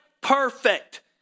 perfect